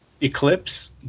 Eclipse